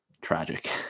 tragic